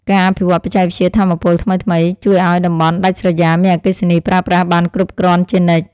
ការអភិវឌ្ឍបច្ចេកវិទ្យាថាមពលថ្មីៗ ជួយឱ្យតំបន់ដាច់ស្រយាលមានអគ្គិសនីប្រើប្រាស់បានគ្រប់គ្រាន់ជានិច្ច។